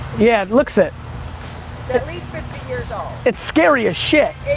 yeah, it looks it. it's at least fifty years old. it's scary as shit.